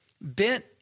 bent